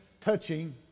touching